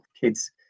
kids